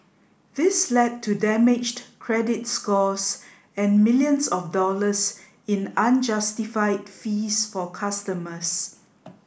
this led to damaged credit scores and millions of dollars in unjustified fees for customers